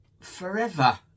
forever